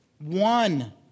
One